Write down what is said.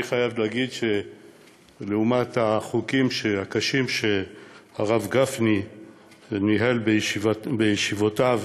אני חייב לומר שלעומת החוקים הקשים שהרב גפני ניהל בישיבותיו